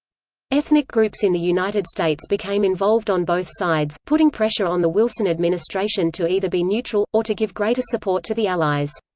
ethnic groups in the united states became involved on both sides, putting pressure on the wilson administration to either be neutral, or to give greater support to the allies.